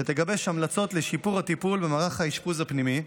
שתגבש המלצות לשיפור הטיפול במערך האשפוז הפנימי,